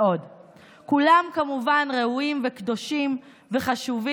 טרם אתייחס להצעת החוק,